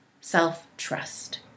self-trust